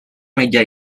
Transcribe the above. meja